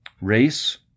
Race